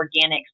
organics